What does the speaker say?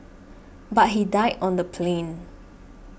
but he died on the plane